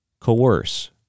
coerce